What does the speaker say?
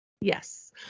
Yes